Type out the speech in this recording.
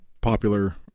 popular